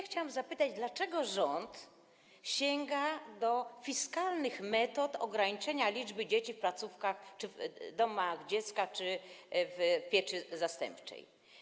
Chciałabym zapytać, dlaczego rząd sięga do fiskalnych metod ograniczania liczby dzieci w placówkach czy w domach dziecka, czy w pieczy zastępczej.